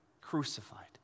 crucified